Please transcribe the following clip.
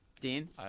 Dean